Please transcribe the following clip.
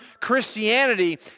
Christianity